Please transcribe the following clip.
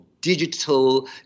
digital